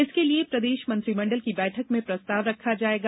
इसके लिए प्रदेष मंत्रीमंडल की बैठक में प्रस्ताव रखा जाएगा